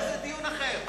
אבל זה דיון אחר.